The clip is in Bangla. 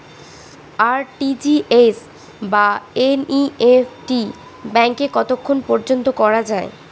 আর.টি.জি.এস বা এন.ই.এফ.টি ব্যাংকে কতক্ষণ পর্যন্ত করা যায়?